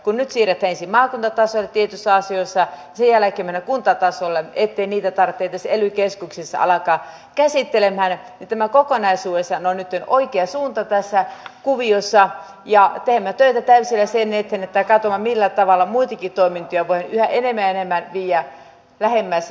kun nyt siirrytään ensin maakuntatasolle tietyissä asioissa ja sen jälkeen mennään kuntatasolle niin ettei niitä tarvitse edes ely keskuksissa alkaa käsittelemään niin tämä kokonaisuudessaan on nytten oikea suunta tässä kuviossa ja teemme töitä täysillä sen eteen että katsomme millä tavalla muitakin toimintoja voidaan yhä enemmän ja enemmän viedä lähemmäs ihmisiä